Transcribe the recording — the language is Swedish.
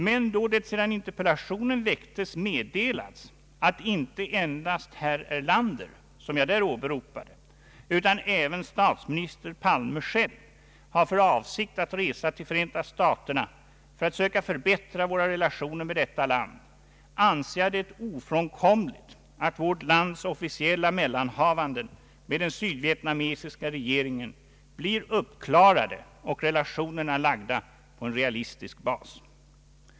Men då det sedan interpellationen väcktes har meddelats, att inte endast herr Erlander, som jag där åberopar, utan även statsminister Palme själv har för avsikt att resa till Förenta staterna för att söka förbättra våra relationer med detta land, anser jag det ofrånkomligt att vårt lands officiella mellanhavanden med den sydvietnamesiska regeringen blir uppklarade och relationerna lagda på en realistisk bas.